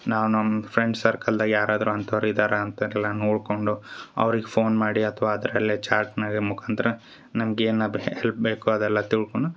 ನಾವು ನಮ್ಮ ಫ್ರೆಂಡ್ ಸರ್ಕಲ್ದಾಗ ಯಾರಾದರು ಅಂಥವರು ಇದಾರ ಅಂತ ಎಲ್ಲ ನೋಡ್ಕೊಂಡು ಅವ್ರಿಗೆ ಫೋನ್ ಮಾಡಿ ಅಥ್ವ ಅದರಲ್ಲಿ ಚಾಟ್ನಾಗೆ ಮುಖಾಂತರ ನಮ್ಗೆ ಏನು ಬೆ ಹೆಲ್ಪ್ ಬೇಕು ಅದೆಲ್ಲ ತಿಳ್ಕೊಂಡು